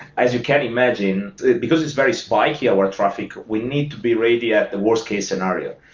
as you can imagine because it's very spiky, our traffic, we need to be ready at the worst case scenario.